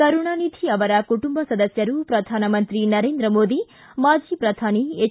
ಕರುಣಾನಿಧಿ ಅವರ ಕುಟುಂಬ ಸದಸ್ಕರು ಪ್ರಧಾನಮಂತ್ರಿ ನರೇಂದ್ರ ಮೋದಿ ಮಾಜಿ ಪ್ರಧಾನಿ ಎಚ್